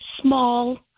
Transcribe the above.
small